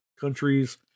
countries